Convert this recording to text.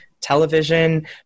television